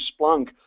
Splunk